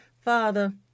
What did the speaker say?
Father